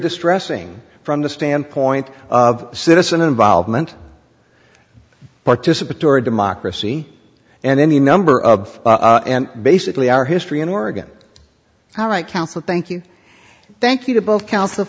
distressing from the standpoint of citizen involvement participatory democracy and any number of and basically our history in oregon all right counsel thank you thank you to both counts